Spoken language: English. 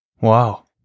Wow